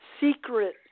secret